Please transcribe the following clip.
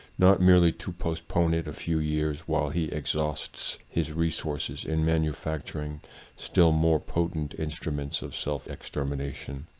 not merely to postpone it a few years while he exhausts his resources in manufacturing still more potent instruments of self-extermination.